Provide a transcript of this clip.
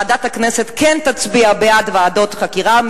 ועדת הכנסת כן תצביע בעד ועדות חקירה,